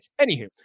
Anywho